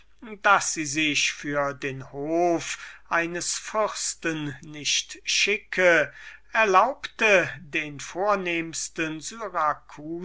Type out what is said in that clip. daß sie sich für den hof eines fürsten nicht schicke erlaubte den vornehmsten